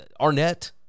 Arnett